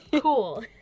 Cool